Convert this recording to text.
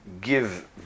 give